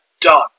done